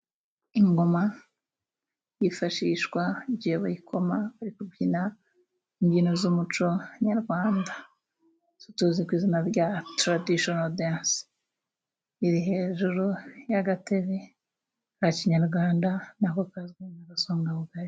Ingoma yifashishwa igihe bayikoma bari kubyina imbyino z'umuco nyarwanda izi tuzi ku izina rya taradishono densi. Iri hejuru y'agatebe ka kinyarwanda nako kazwi nk' agasongabugari.